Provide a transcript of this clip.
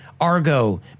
Argo